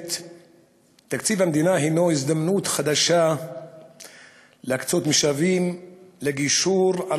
מתוקנת תקציב המדינה הוא הזדמנות חדשה להקצות משאבים לגישור על